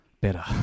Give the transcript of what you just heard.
better